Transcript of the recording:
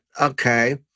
okay